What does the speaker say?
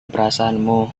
perasaanmu